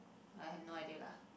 I have no idea lah